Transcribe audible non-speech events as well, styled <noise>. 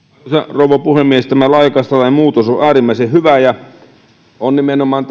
rouva puhemies tämä laajakaistalain muutos on äärimmäisen hyvä on nimenomaan <unintelligible>